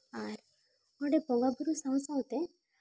ᱟᱨ ᱚᱸᱰᱮ ᱵᱚᱸᱜᱟᱼᱵᱳᱨᱳ ᱥᱟᱶᱼᱥᱟᱶᱛᱮ